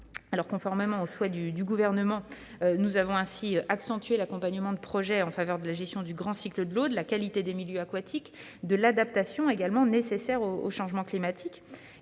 marins. Conformément au souhait du Gouvernement, les agences de l'eau ont ainsi accentué l'accompagnement des projets en faveur de la gestion du grand cycle de l'eau, de la qualité des milieux aquatiques et de l'adaptation rendue nécessaire par le changement climatique.